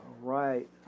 right